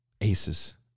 aces